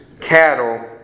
cattle